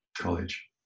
college